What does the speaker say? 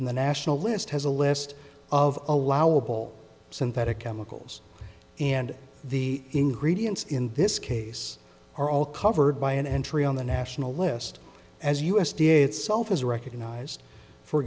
and the national list has a list of allowable synthetic chemicals and the ingredients in this case are all covered by an entry on the national list as u s d a itself is recognized for